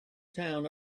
town